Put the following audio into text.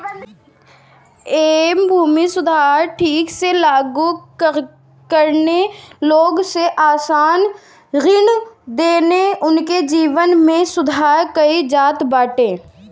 एमे भूमि सुधार के ठीक से लागू करके लोग के आसान ऋण देके उनके जीवन में सुधार कईल जात बाटे